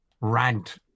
rant